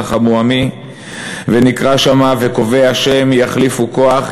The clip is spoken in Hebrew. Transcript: נחמו עמי" ונקרא שמה: "וקוי ה' יחליפו כח,